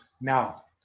Now